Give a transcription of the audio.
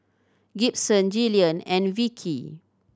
Gibson Jillian and Vickey